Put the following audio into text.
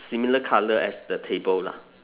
similar colour as the table lah